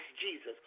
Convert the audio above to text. Jesus